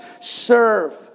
serve